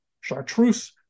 Chartreuse